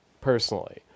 personally